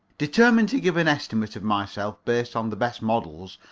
determined to give an estimate of myself based on the best models,